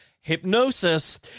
hypnosis